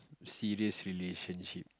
serious relationship